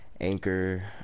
Anchor